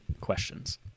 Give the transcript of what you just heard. questions